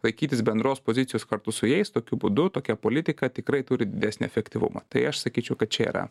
laikytis bendros pozicijos kartu su jais tokiu būdu tokia politika tikrai turi didesnį efektyvumą tai aš sakyčiau kad čia yra